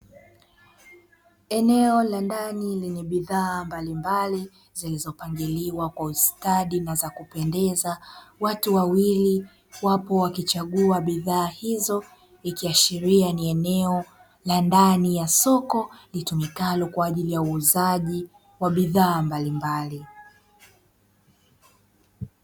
Eneo la ndani lenye bidhaa mbalimbali zilizopangiliwa kwa ustadi na za kupendeza, watu wawili wapo wakichagua bidhaa hizo ikiashiria ni eneo la ndani ya soko litumikalo kwa ajili ya uuzaji wa bidhaa mbalimbali.